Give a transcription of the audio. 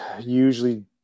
usually